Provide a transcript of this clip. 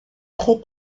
très